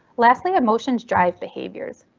lastly emotions drive behaviors.